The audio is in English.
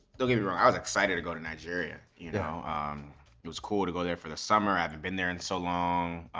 don't get me wrong, i was excited to go to nigeria. you know um it was cool to go there for the summer. i hadn't been there in so long,